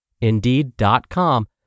Indeed.com